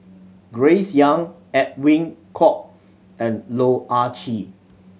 Grace Young Edwin Koek and Loh Ah Chee